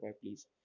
please